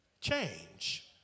change